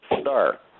star